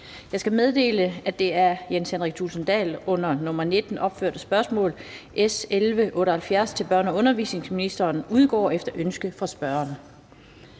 Jeg skal meddele, at det af Jens Henrik Thulesen Dahl under nr. 19 opførte spørgsmål til børne- og undervisningsministeren, spørgsmål nr. S 11, udgår efter ønske fra spørgeren.